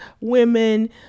women